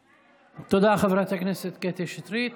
תודה, חברת הכנסת קטי שטרית.